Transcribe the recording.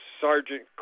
Sergeant